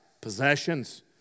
possessions